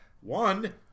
One